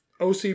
OC